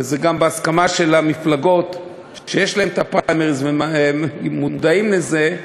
וזה גם בהסכמה של המפלגות שיש בהן פריימריז ומודעים לזה.